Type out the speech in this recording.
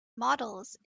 models